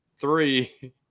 three